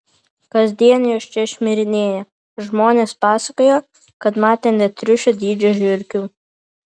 kasdien jos čia šmirinėja žmonės pasakojo kad matę net triušio dydžio žiurkių